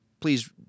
please